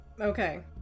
okay